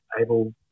able